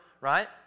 right